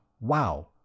wow